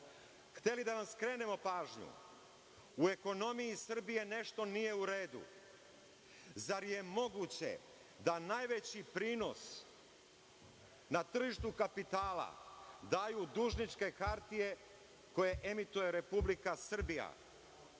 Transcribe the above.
hteli smo da vam skrenemo pažnju, u ekonomiji Srbije nešto nije u redu. Zar je moguće da najveći prinos na tržištu kapitala daju dužničke hartije koje emituje Republika Srbija?